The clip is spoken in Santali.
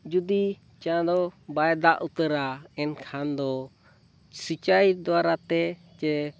ᱡᱩᱫᱤ ᱪᱟᱸᱫᱳ ᱵᱟᱭ ᱫᱟᱜ ᱩᱛᱟᱹᱨᱟ ᱮᱱᱠᱷᱟᱱ ᱫᱚ ᱥᱤᱪᱟᱭ ᱫᱟᱨᱟᱛᱮ ᱪᱮ